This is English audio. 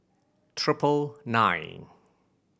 triple nine